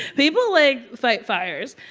people, like, fight fires.